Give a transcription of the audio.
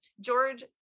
George